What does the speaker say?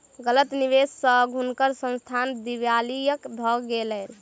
गलत निवेश स हुनकर संस्थान दिवालिया भ गेलैन